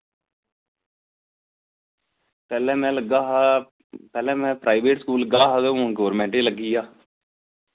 पैह्ले मैं लग्गा हा पैह्ले में प्राइवेट स्कूल लग्गा हा ते हून गोरमैंट च लग्गी गेआ